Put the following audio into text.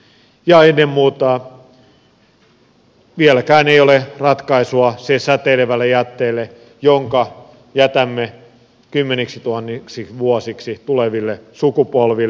ja ennen muuta vieläkään ei ole ratkaisua säteilevälle jätteelle jonka jätämme kymmeniksituhansiksi vuosiksi tuleville sukupolville